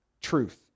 truth